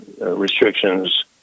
restrictions